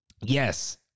Yes